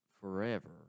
forever